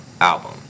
album